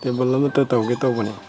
table ꯑꯃꯇ ꯇꯧꯒꯦ ꯇꯧꯕꯅꯤ